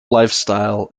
lifestyle